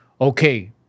Okay